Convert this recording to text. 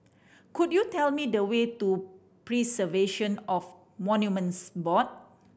could you tell me the way to Preservation of Monuments Board